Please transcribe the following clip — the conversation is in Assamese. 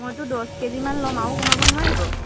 মইতো দহ কেজিমান লম আও কমাব নোৱাৰিব